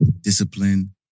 discipline